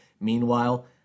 Meanwhile